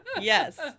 Yes